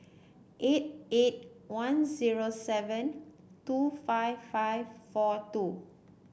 eight eight one zero seven two five five four two